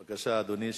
בבקשה, אדוני.